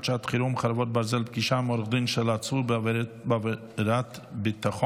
שעת חירום (חרבות ברזל) (פגישה עם עורך דין של עצור בעבירת ביטחון),